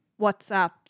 WhatsApp